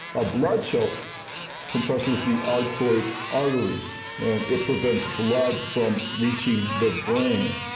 a blood choke compresses the arteries arteries and it prevents blood from reaching the brain.